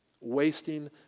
wasting